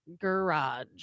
garage